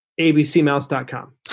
abcmouse.com